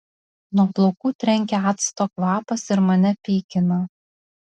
nuo plaukų trenkia acto kvapas ir mane pykina